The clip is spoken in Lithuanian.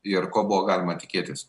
ir ko buvo galima tikėtis